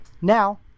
Now